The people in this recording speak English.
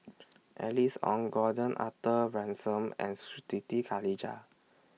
Alice Ong Gordon Arthur Ransome and Siti Khalijah